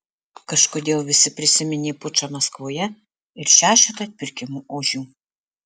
kažkodėl visi prisiminė pučą maskvoje ir šešetą atpirkimo ožių